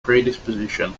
predisposition